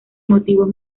motivos